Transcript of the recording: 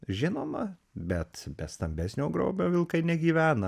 žinoma bet be stambesnio grobio vilkai negyvena